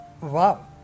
Wow